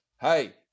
hey